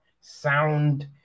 Sound